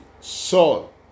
Saul